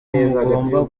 mugomba